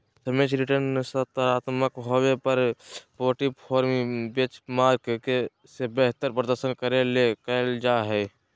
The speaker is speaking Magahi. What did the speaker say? सापेक्ष रिटर्नसकारात्मक होबो पर पोर्टफोली बेंचमार्क से बेहतर प्रदर्शन करे ले करल जा हइ